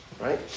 right